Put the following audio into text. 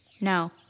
No